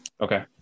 Okay